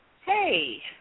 Hey